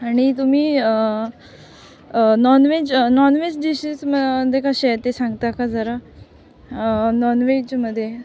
आणि तुम्ही non veg non veg डिशेसमध्ये कसे आहे ते सांगता का जरा नॉनवेजमध्ये